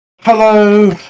hello